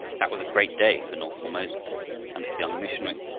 that was a great day for north formosa and its young missionary,